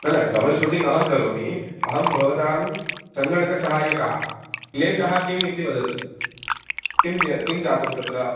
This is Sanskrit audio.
न न ट्रबल्शूटिङ्ग् अहं करोमि अहं भवतां सङ्गणकसहाय्यकः क्लेशः किम् इति वदतु किं यत् किं जातं तत्र